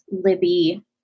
Libby